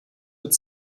mit